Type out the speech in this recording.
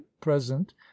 present